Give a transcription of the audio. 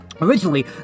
Originally